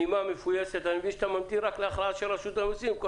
הנימה המפויסת אני מבין שאתה ממתין רק להכרעה של רשות המסים וכל